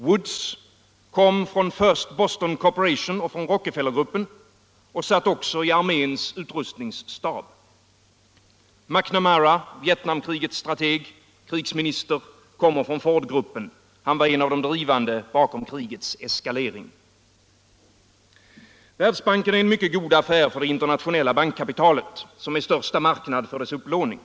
Woods kom från First Boston Corporation och Rockefellergruppen och satt också i arméns utrustningsstab. McNamara, Vietnamkrigets strateg och krigsminister, kommer från Fordgruppen. Han var en av de drivande bakom krigets eskalering. Världsbanken är en mycket god affär för det internationella bankkapitalet, som är den största marknaden för dess upplåning.